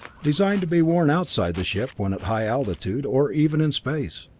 designed to be worn outside the ship when at high altitude, or even in space.